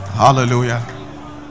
Hallelujah